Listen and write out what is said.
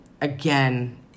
again